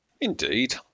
Indeed